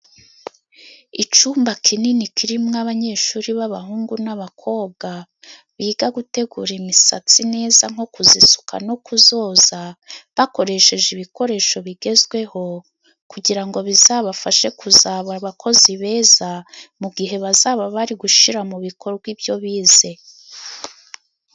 Icumba kinini kirimo abanyeshuri b'abahungu n'abakobwa biga gutegura imisatsi neza, nko kuzisuka no kuzoza bakoresheje ibikoresho bigezweho, kugira ngo bizabafashe kuzaba abakozi beza, mu gihe bazaba bari gushira mu bikorwa ibyo bize.